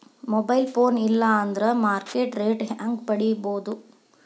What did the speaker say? Mobile phone ಇಲ್ಲಾ ಅಂದ್ರ market rate ಹೆಂಗ್ ಪಡಿಬೋದು?